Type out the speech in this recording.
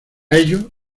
ello